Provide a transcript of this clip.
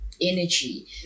energy